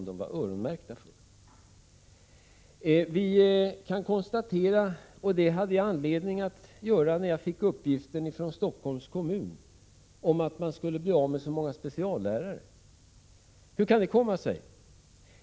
Jag fick t.ex. en uppgift från Stockholms kommun om att man skulle bli av med många speciallärare. Hur kunde det komma sig?